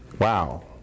Wow